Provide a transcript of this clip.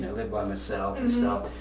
live by myself and so